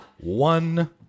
one